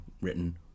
written